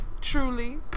Truly